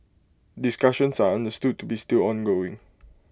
discussions are understood to be still ongoing